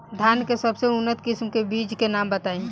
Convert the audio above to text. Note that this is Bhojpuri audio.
धान के सबसे उन्नत किस्म के बिज के नाम बताई?